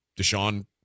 Deshaun